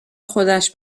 خودش